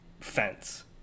fence